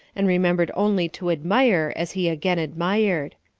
and remembered only to admire as he again admired.